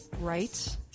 right